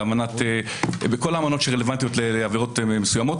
בכל האמנות שרלוונטיות לעבירות מסוימות.